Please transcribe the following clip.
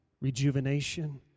rejuvenation